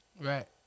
Right